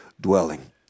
dwelling